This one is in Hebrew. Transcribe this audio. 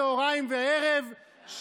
צוהריים וערב,